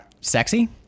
Sexy